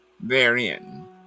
therein